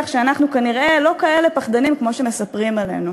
שאנחנו כנראה לא כאלה פחדנים כמו שמספרים עלינו.